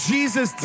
Jesus